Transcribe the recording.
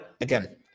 again